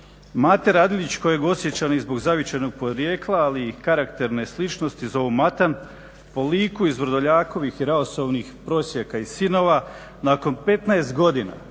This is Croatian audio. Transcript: Mate Radeljić kojeg Osječani zbog zavičajnog porijekla, ali i karakterne sličnosti zovu Matan po liku iz Vrdoljakovih i Raosovih "Prosjaka i sinova", nakon 15 godina